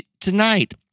tonight